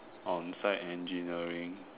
on site engineering